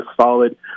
solid